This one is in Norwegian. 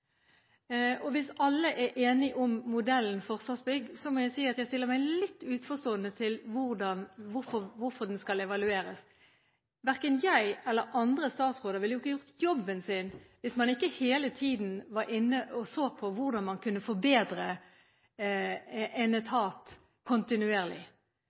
Hvis alle er enige om modellen Forsvarsbygg, må jeg si at jeg stiller meg litt uforstående til hvorfor den skal evalueres. Verken jeg eller andre statsråder ville ha gjort jobben vår hvis man ikke hele tiden var inne og så på hvordan man kontinuerlig kunne forbedre en